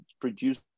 produce